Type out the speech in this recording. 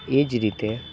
એ જ રીતે